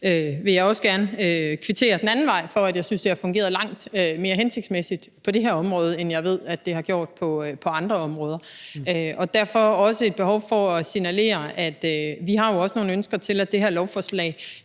vil også gerne kvittere den anden vej, fordi jeg synes, at det har fungeret langt mere hensigtsmæssigt på det her område, end jeg ved det har gjort på andre områder. Derfor er der et behov for at signalere, at vi også har nogle ønsker til, at det her lovforslag